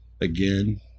again